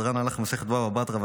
הדרן עליך מסכת בבא בתרא,